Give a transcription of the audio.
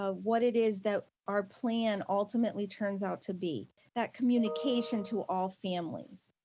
ah what it is that our plan ultimately turns out to be, that communication to all families.